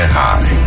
high